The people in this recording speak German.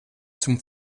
zum